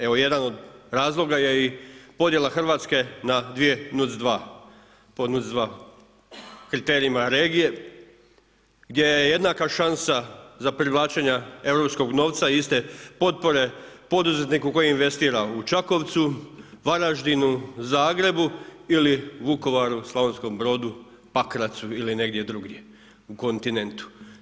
Evo jedna od razloga je i podjela Hrvatske na dvije NUC2, pod NUC2 kriterijima regije gdje je jednaka šansa za privlačenja europskog novca iste potpore poduzetniku koji investira u Čakovcu, Varaždinu, Zagrebu ili Vukovaru, Slavonskom Brodu, Pakracu ili negdje drugdje u kontinentu.